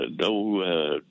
no